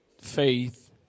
faith